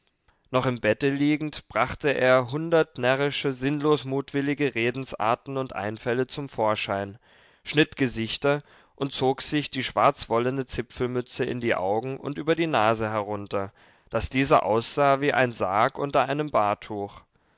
noch im bette liegend brachte er hundert närrische sinnlos mutwillige redensarten und einfälle zum vorschein schnitt gesichter und zog sich die schwarzwollene zipfelmütze in die augen und über die nase herunter daß diese aussah wie ein sarg unter einem